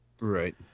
Right